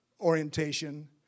orientation